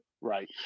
Right